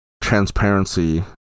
transparency